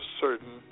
certain